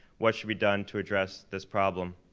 what should be done to address this problem.